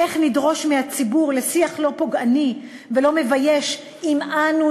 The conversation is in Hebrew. איך נדרוש מהציבור שיח לא פוגעני ולא מבייש אם אנו,